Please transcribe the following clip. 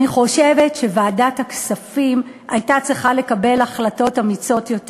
אני חושבת שוועדת הכספים הייתה צריכה לקבל החלטות אמיצות יותר.